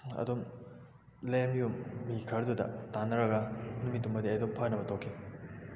ꯑꯗꯨꯝ ꯂꯩꯔꯝꯂꯤꯕ ꯃꯤ ꯈꯔꯗꯨꯗ ꯇꯥꯅꯔꯒ ꯅꯨꯃꯤꯠꯇꯨꯃꯗꯤ ꯑꯩ ꯑꯗꯨꯝ ꯐꯅꯕ ꯇꯧꯈꯤ